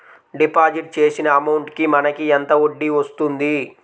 Deposit చేసిన amount కి మనకి ఎంత వడ్డీ వస్తుంది?